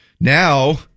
Now